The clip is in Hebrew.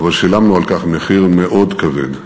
אבל שילמנו על כך מחיר מאוד כבד,